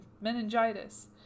meningitis